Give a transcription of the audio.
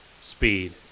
speed